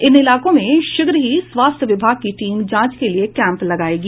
इन इलाकों में शीघ्र ही स्वास्थ्य विभाग की टीम जांच के लिए कैंप लगाएगी